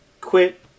Quit